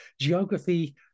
geography